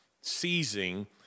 seizing